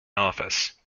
office